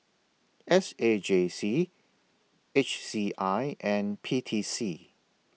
S A J C H C I and P T C